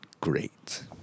great